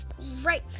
right